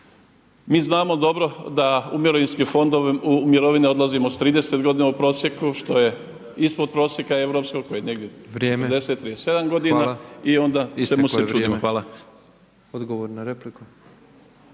Mi znamo dobro da u mirovine odlazimo sa 30 godina u prosjeku, što je ispod prosjeka europskog, koji je negdje 40, 37 godina i onda i čemu se čudimo.